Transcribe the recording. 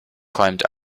climbed